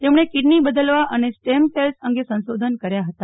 તેમણે કીડની બદલવા અને સ્ટેમ સેલ્સ અંગે સંશોધન કર્યા હતા